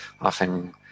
often